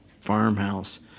farmhouse